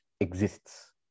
exists